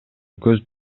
көз